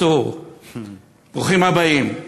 ברוכים הבאים.